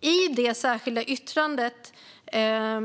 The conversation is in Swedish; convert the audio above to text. är det vår skyldighet som opposition att agera.